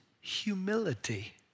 Humility